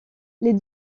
les